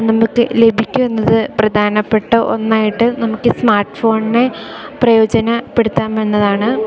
നമുക്ക് ലഭിക്കും എന്നത് പ്രധാനപ്പെട്ട ഒന്നായിട്ട് നമുക്ക് സ്മാർട്ട് ഫോണിനെ പ്രയോജനപ്പെടുത്താം എന്നതാണ്